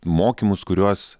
mokymus kuriuos